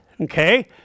Okay